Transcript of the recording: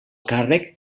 càrrec